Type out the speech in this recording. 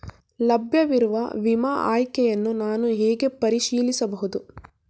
ಲಭ್ಯವಿರುವ ವಿಮಾ ಆಯ್ಕೆಗಳನ್ನು ನಾನು ಹೇಗೆ ಪರಿಶೀಲಿಸಬಹುದು?